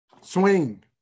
Swing